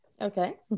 Okay